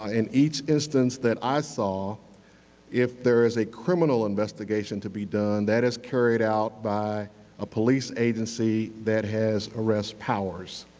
ah in each instance that i saw if there is a criminal investigation to be done, that is carried out by a police agency that has arrest powers.